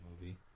movie